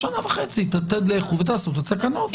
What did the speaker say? לכו ותעשו את התקנות.